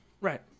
right